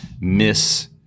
miss